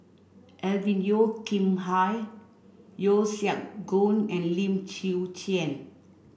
Alvin Yeo Khirn Hai Yeo Siak Goon and Lim Chwee Chian